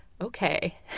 okay